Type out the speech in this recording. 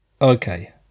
Okay